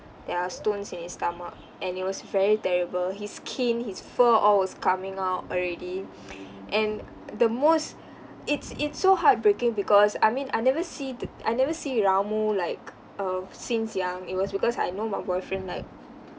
there are stones in his stomach and it was very terrible his skin his fur all was coming out already and the most it's it's so heartbreaking because I mean I never see the I never see ramu like uh since young it was because I know my boyfriend like